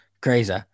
crazy